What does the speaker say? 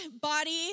body